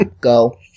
Go